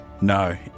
No